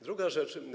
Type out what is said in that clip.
Druga rzecz.